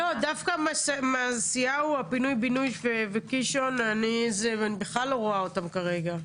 דווקא הפינוי בינוי במעשיהו ובקישון אני בכלל לא רואה אותם כרגע.